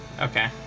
Okay